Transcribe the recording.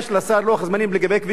הוא יעביר לך אותם בכתב.